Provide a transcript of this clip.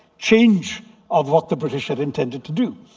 change of what the british had intended to do.